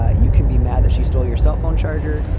ah you can be mad that she stole your cell phone charger.